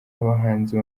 abahanzi